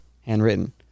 handwritten